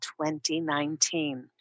2019